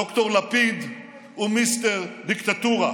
ד"ר לפיד ומיסטר דיקטטורה.